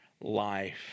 life